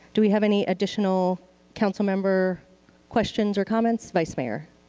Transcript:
do we have any additional council member questions or comments, vice mayor?